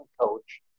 coach